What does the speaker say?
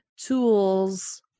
tools